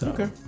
Okay